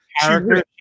character